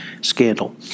scandal